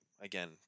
Again